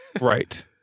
right